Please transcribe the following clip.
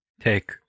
take